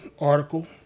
article